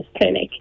clinic